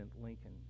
Lincoln